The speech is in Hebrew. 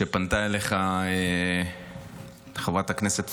כשפנתה אליך חברת הכנסת פרקש,